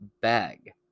bag